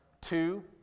two-